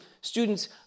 Students